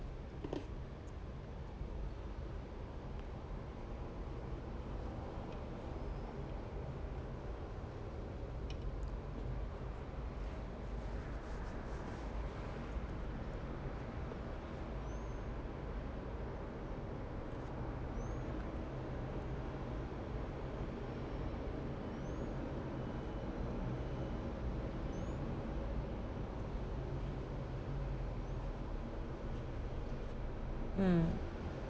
hmm